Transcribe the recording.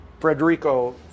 Frederico